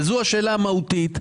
וזו השאלה המהותית,